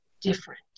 different